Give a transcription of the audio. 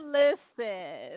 listen